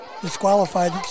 disqualified